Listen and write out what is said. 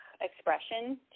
expression